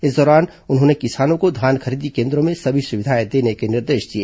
इस दौरान उन्होंने किसानों को धान खरीदी केन्द्रों में सभी सुविधाएं देने के निर्देश दिए